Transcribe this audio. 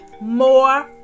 more